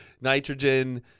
nitrogen